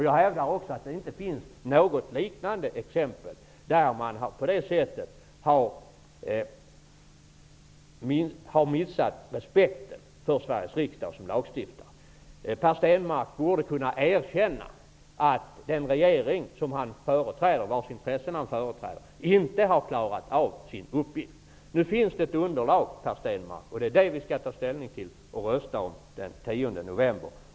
Jag hävdar också att det inte finns något liknande exempel där man har på detta sätt missat respekten för Sveriges riksdag som lagstiftare. Per Stenmarck borde kunna erkänna att den regering vars intressen han företräder inte har klarat av sin uppgift. Nu finns det ett underlag, och det är det vi skall ta ställning till den 10 november.